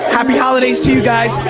happy holidays to you guys.